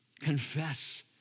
confess